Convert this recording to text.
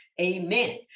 amen